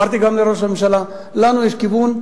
אמרתי גם לראש הממשלה: לנו יש כיוון,